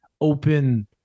open